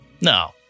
No